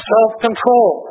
Self-control